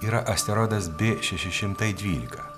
yra asteroidas b šeši šimtai dvylika